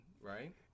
right